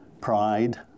pride